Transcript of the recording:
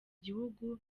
gihugu